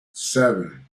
seven